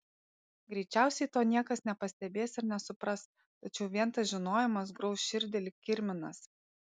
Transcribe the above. greičiausiai to niekas nepastebės ir nesupras tačiau vien tas žinojimas grauš širdį lyg kirminas